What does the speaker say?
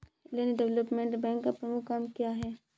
Land development bank का प्रमुख काम क्या है?